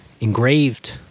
engraved